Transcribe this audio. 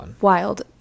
wild